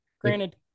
Granted